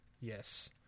Yes